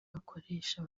bakoresha